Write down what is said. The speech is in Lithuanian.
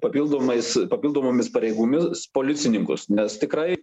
papildomais papildomomis pareigomis policininkus nes tikrai